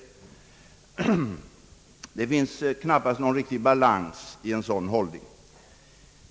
Det finns knappast någon riktig balans i en sådan hållning.